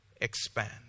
expand